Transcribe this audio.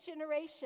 generation